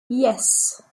yes